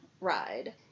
ride